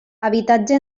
habitatge